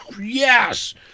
Yes